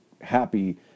happy